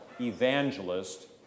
Evangelist